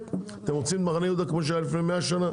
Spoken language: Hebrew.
אתם רוצים מחנה יהודה כמו שהיה לפני 100 שנה?